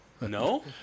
No